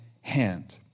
hand